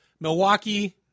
Milwaukee